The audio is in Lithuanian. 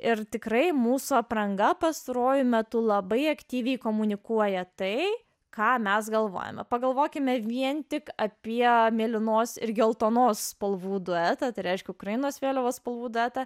ir tikrai mūsų apranga pastaruoju metu labai aktyviai komunikuoja tai ką mes galvojame pagalvokime vien tik apie mėlynos ir geltonos spalvų duetas reiškia ukrainos vėliavos spalvų datą